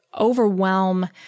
overwhelm